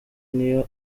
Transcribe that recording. niyo